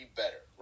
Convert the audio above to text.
better